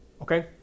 Okay